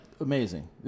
amazing